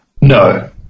No